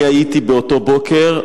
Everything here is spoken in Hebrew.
אני הייתי באותו בוקר,